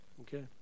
Okay